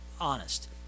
honest